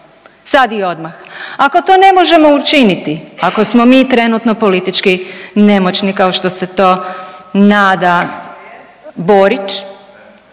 sad i odmah. Ako to ne možemo učiniti, ako smo mi trenutno politički nemoćni kao što se to nada Borić